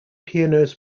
pianos